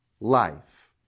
life